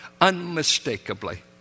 unmistakably